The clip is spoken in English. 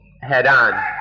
head-on